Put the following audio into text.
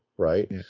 Right